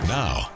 now